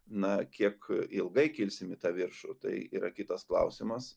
na kiek ilgai kilsim į tą viršų tai yra kitas klausimas